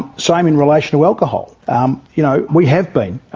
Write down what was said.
same in relation to alcohol um you know, we have been,